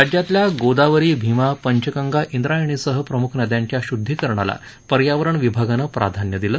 राज्यातल्या गोदावरी भीमा पंचगंगा इंद्रायणीसह प्रमुख नद्यांच्या शुद्दीकरणाला पर्यावरण विभागानं प्राधान्य दिलं